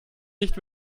nicht